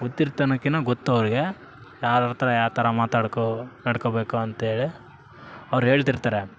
ಗೊತ್ತಿರ್ತೆ ಅನ್ನೋಕ್ಕಿನ ಗೊತ್ತು ಅವ್ರಿಗೆ ಯಾರ ಹತ್ರ ಯಾ ಥರ ಮಾತಾಡ್ಕು ನಡ್ಕೊಬೇಕು ಅಂತೇಳಿ ಅವ್ರು ಹೇಳ್ತಿರ್ತಾರೆ